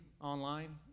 online